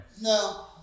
No